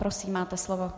Prosím, máte slovo.